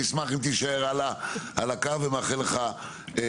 אני אשמח אם תישאר איתנו ואני מאחל לך בהצלחה.